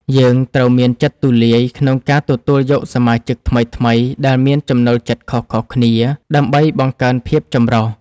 យើងត្រូវមានចិត្តទូលាយក្នុងការទទួលយកសមាជិកថ្មីៗដែលមានចំណូលចិត្តខុសៗគ្នា ដើម្បីបង្កើនភាពចម្រុះ។